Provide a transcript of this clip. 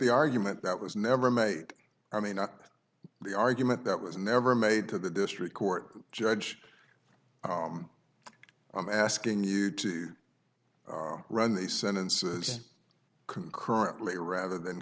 the argument that was never made i mean not the argument that was never made to the district court judge i'm asking you to run the sentences concurrently rather than